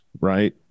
right